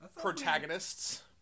protagonists